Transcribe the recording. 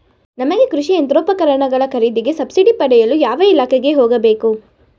ನಮಗೆ ಕೃಷಿ ಯಂತ್ರೋಪಕರಣಗಳ ಖರೀದಿಗೆ ಸಬ್ಸಿಡಿ ಪಡೆಯಲು ಯಾವ ಇಲಾಖೆಗೆ ಹೋಗಬೇಕು?